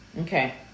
Okay